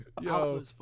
Yo